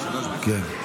כן.